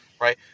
right